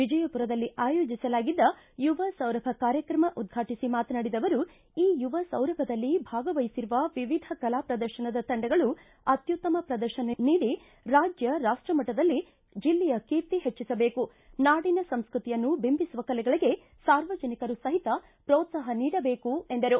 ವಿಜಯಪುರದಲ್ಲಿ ಆಯೋಜಿಸಲಾಗಿದ್ದ ಯುವ ಸೌರಭ ಕಾರ್ಯಕ್ರಮ ಉದ್ವಾಟಿಸಿ ಮಾತನಾಡಿದ ಅವರು ಈ ಯುವ ಸೌರಭದಲ್ಲಿ ಭಾಗವಹಿಸಿರುವ ವಿವಿಧ ಕಲಾ ಪ್ರದರ್ಶನದ ತಂಡಗಳು ಅತ್ಯುತ್ತಮ ಪ್ರದರ್ಶನ ನೀಡಿ ರಾಜ್ಯ ರಾಷ್ಟ ಮಟ್ಟದಲ್ಲಿ ಜಿಲ್ಲೆಯ ಕೀರ್ತಿ ಹೆಚ್ಚಿಸಬೇಕು ನಾಡಿನ ಸಂಸ್ಕೃತಿಯನ್ನು ಬಿಂಬಿಸುವ ಕಲೆಗಳಿಗೆ ಸಾರ್ವಜನಿಕರೂ ಪ್ರೋತ್ಸಾಹ ನೀಡಬೇಕು ಎಂದರು